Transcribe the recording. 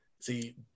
See